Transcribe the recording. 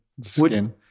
skin